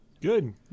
Good